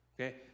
okay